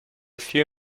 few